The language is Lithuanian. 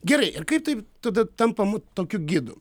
gerai ir kaip tai tada tampamu tokiu gidu